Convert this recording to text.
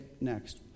next